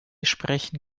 sprechen